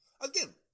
Again